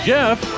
Jeff